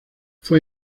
fue